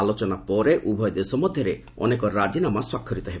ଆଲୋଚନା ପରେ ଉଭୟ ଦେଶ ମଧ୍ୟରେ ଅନେକ ରାଜିନାମା ସ୍ୱାକ୍ଷରିତ ହେବ